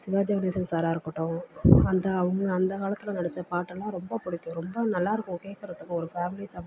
சிவாஜி கணேஷன் சார்ராக இருக்கட்டும் அந்த அவங்க அந்த காலத்தில் நடிச்ச பாட்டுலாம் ரொம்ப பிடிக்கும் ரொம்ப நல்லாயிருக்கும் கேட்கறதுக்கு ஒரு ஃபேமிலி சப்ஜெட்